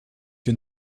que